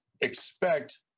expect